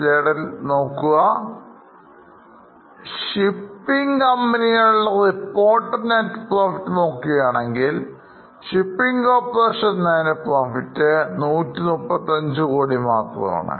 shipping കമ്പനികളുടെ reported net profit നോക്കുകയാണെങ്കിൽ shipping corporation എന്നതിൻറെ PROFIT 135 കോടി മാത്രമാണ്